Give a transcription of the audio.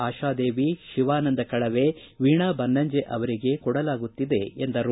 ಆಶಾದೇವಿ ಶಿವಾನಂದ ಕಳವೆ ವೀಣಾ ಬನ್ನಂಜೆ ಅವರಿಗೆ ಕೊಡಲಾಗುತ್ತಿದೆ ಎಂದರು